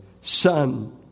Son